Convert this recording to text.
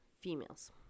females